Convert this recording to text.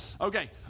Okay